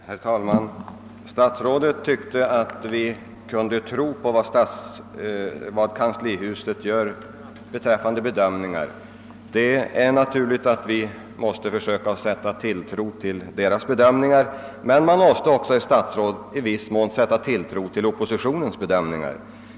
Herr talman! Statsrådet tyckte att vi gott kunde tro på kanslihusets bedömningar. Det är naturligt att vi måste försöka sätta tilltro till dessa, men man måste också, herr statsråd, i viss mån lita på oppositionens bedömningar.